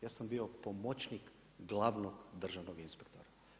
Ja sam bio pomoćnik glavnog državnog inspektora.